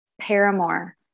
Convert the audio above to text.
Paramore